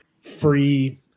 free